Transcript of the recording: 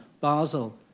Basel